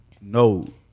no